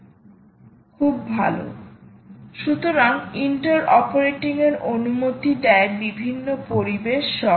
খুব ভালো সুতরাং ইন্টার অপারেটিংয়ের অনুমতি দেয় বিভিন্ন পরিবেশ সহ